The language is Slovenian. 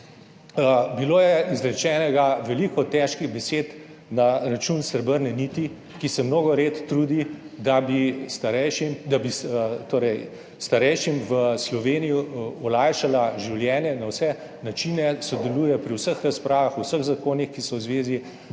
je bilo veliko težkih besed na račun Srebrne niti, ki se mnogo let trudi, da bi starejšim v Sloveniji olajšala življenje na vse načine, sodeluje pri vseh razpravah, vseh zakonih, ki so v zvezi